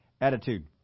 attitude